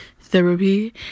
therapy